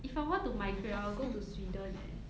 if I want to migrate I will go to sweden eh